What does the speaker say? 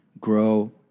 grow